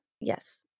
Yes